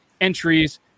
entries